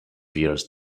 years